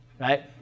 right